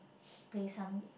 pay some